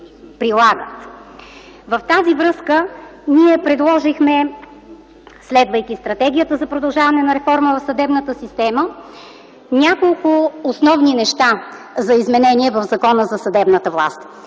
с това ние предложихме, следвайки Стратегията за продължаване на реформата в съдебната система, няколко основни неща за изменение в Закона за съдебната власт: